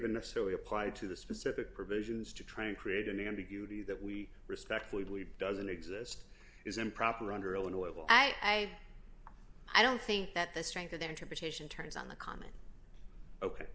even necessarily apply to the specific provisions to try and create an ambiguity that we respectfully believe doesn't exist is improper under illinois law i i don't think that the strength of the interpretation turns on the common ok